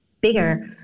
bigger